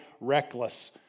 reckless